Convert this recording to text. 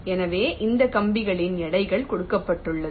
எனவே இங்கு கம்பிகளின் எடைகள் கொடுக்கப்பட்டது